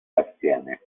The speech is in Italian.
assieme